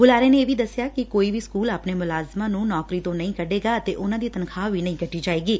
ਬੁਲਾਰੇ ਨੇ ਇਹ ਵੀ ਕਿਹਾ ਕਿ ਕੋਈ ਵੀ ਸਕੂਲ ਆਪਣੇ ਮੁਲਾਜ਼ਮਾਂ ਨੂੰ ਨੌਕਰੀ ਤੋਂ ਨਹੀਂ ਕੱਢੇਗਾ ਅਤੇ ਉਨੂਾਂ ਦੀ ਤਨਖ਼ਾਹ ਵੀ ਨਹੀਂ ਕੱਟੀ ਜਾਏਗੀ